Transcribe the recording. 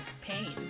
pain